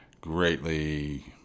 greatly